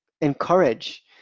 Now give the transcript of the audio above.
encourage